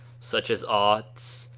such as arts,